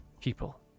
people